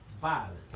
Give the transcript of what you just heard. violence